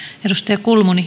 arvoisa